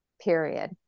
period